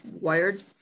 wired